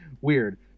weird